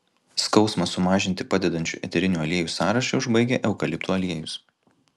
skausmą sumažinti padedančių eterinių aliejų sąrašą užbaigia eukaliptų aliejus